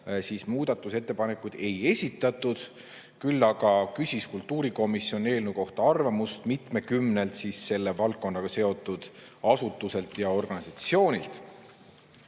muudatusettepanekuid ei esitatud. Küll aga küsis kultuurikomisjon eelnõu kohta arvamust mitmekümnelt selle valdkonnaga seotud asutuselt ja organisatsioonilt.